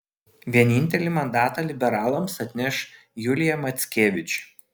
vienintelį mandatą liberalams atneš julija mackevič